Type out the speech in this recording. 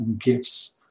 gifts